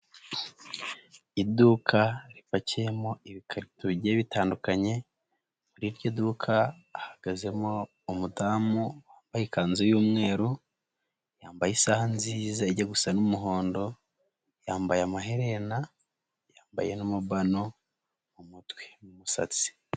Iduka ripakiyemo ibikarito bigiye bitandukanye, muri iryo duka hahagazemo umudamu wambaye ikanzu y'umweru, yambaye isaha nziza ijya gusa n'umuhondo, yambaye amaherena, yambaye n'umubano mu mutwe mu musatsi.